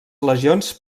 legions